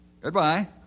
Goodbye